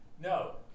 No